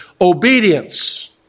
obedience